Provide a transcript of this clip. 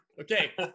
Okay